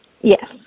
Yes